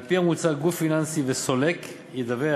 על-פי המוצע, גופים פיננסיים וסולקים ידווחו